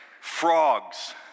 frogs